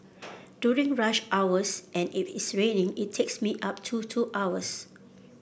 during rush hours and if it's raining it takes me up to two hours